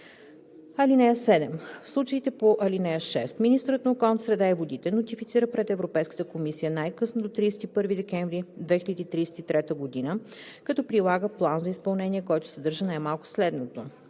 (7) В случаите по ал. 6 министърът на околната среда и водите нотифицира пред Европейската комисия най-късно до 31 декември 2033 г., като прилага план за изпълнение, който съдържа най-малко следното: